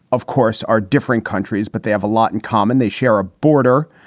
of course, are different countries, but they have a lot in common. they share a border.